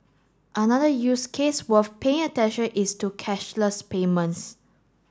another use case worth paying attention is to cashless payments